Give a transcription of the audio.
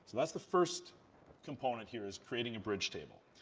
so that's the first component here is creating a bridge table.